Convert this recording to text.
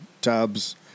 tubs